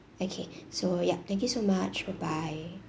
okay so ya thank you so much bye bye